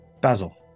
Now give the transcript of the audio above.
Basil